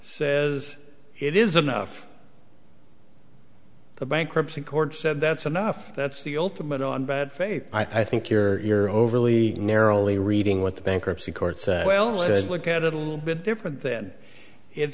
says it is enough the bankruptcy court said that's enough that's the ultimate on bad faith i think you're overly narrowly reading what the bankruptcy court say well let's look at it a little bit different then it